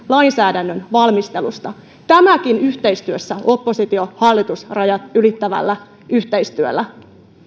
lainsäädännön valmistelusta tämäkin oppositio hallitus rajat ylittävällä yhteistyöllä